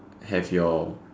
have your